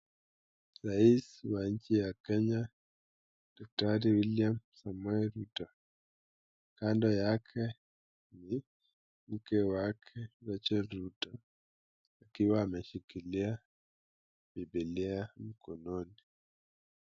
Rais wa Jamhuri ya Kenya daktari William Samoei Rutto. Kando yake ni mke wake Rachel Rutto akiwa ameshikilia bibilia mkononi.